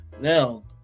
Now